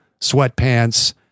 sweatpants